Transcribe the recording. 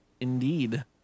indeed